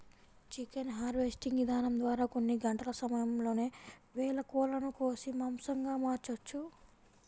chicken harvesting ఇదానం ద్వారా కొన్ని గంటల సమయంలోనే వేల కోళ్ళను కోసి మాంసంగా మార్చొచ్చు